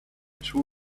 two